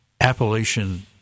Appalachian